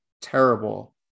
terrible